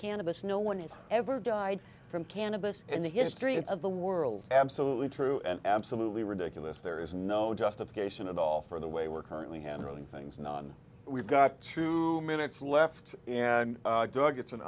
cannabis no one has ever died from cannabis in the history of the world absolutely true and absolutely ridiculous there is no justification at all for the way we're currently handling things non we've got two minutes left and doug it's an